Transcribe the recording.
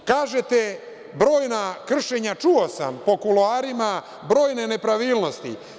Kažete brojna kršenja, čuo sam po kuloarima, brojne nepravilnosti.